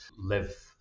live